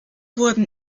wurden